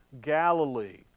Galilee